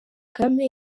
kagame